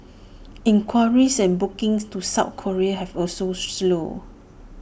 inquiries and bookings to south Korea have also slowed